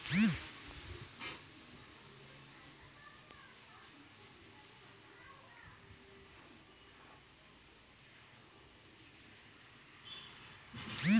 कृषि मृदा विज्ञान द्वारा भौतिक आरु रसायनिक रुप से अध्ययन करलो जाय छै